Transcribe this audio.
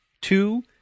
two